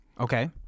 Okay